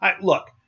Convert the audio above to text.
Look